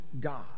God